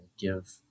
give